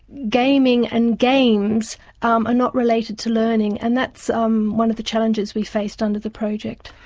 gaming and games um are not related to learning. and that's um one of the challenges we faced under the project.